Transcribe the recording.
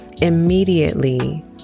Immediately